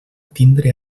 tindre